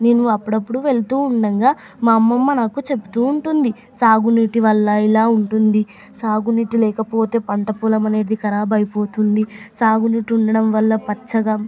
నేను అప్పుడప్పుడు వెళ్తూ ఉండంగా మా అమ్మమ్మ నాకు చెప్తుఉంటుంది సాగునీటి వల్ల ఇలా ఉంటుంది సాగునీటి లేకపోతే పంట పొలం అనేది కరాబు అయిపోతుంది సాగునీటి ఉండడంవల్ల పచ్చగా